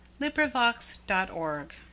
LibriVox.org